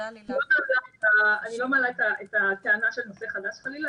אני לא מעלה את הטענה של נושא חדש חלילה,